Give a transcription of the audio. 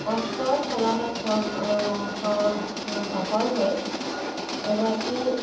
কষ্টৰ ফলত সফল হৈ এগৰাকী